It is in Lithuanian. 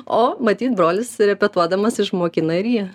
o matyt brolis repetuodamas išmokina ir jį